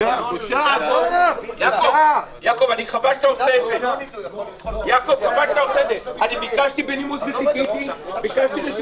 יעקב, אני ביקשתי רשות